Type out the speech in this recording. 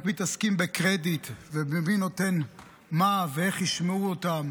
רק מתעסקים בקרדיט במי נותן מה ואיך ישמעו אותם.